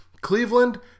Cleveland